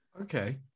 Okay